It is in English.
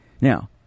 Now